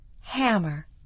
Hammer